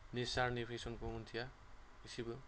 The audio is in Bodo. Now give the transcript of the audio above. नेचारनि फेसनखौ मिथिया एसेबो